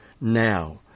Now